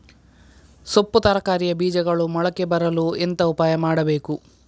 ಸೊಪ್ಪು ತರಕಾರಿಯ ಬೀಜಗಳು ಮೊಳಕೆ ಬರಲು ಎಂತ ಉಪಾಯ ಮಾಡಬೇಕು?